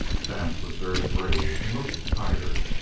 vance was very grave and looked tired.